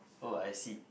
oh I see